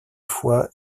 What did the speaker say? foix